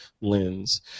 lens